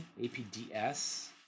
APDS